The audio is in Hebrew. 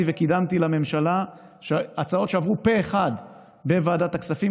וקידמתי לממשלה הצעות שעברו פה אחד בוועדת הכספים,